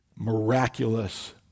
miraculous